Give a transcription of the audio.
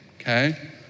Okay